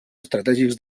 estratègics